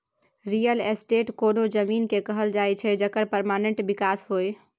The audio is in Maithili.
रियल एस्टेट कोनो जमीन केँ कहल जाइ छै जकर परमानेंट बिकास होइ